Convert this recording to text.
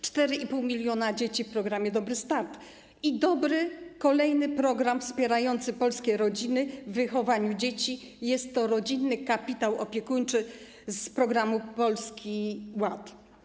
4,5 mln dzieci w programie „Dobry start” i dobry kolejny program wspierający polskie rodziny w wychowaniu dzieci, jest to Rodzinny Kapitał Opiekuńczy z programu Polski Ład.